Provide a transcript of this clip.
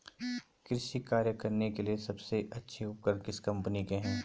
कृषि कार्य करने के लिए सबसे अच्छे उपकरण किस कंपनी के हैं?